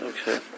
Okay